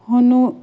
ਉਹਨੂੰ